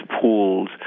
pools